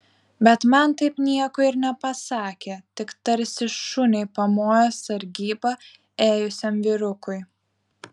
bet man taip nieko ir nepasakė tik tarsi šuniui pamojo sargybą ėjusiam vyrukui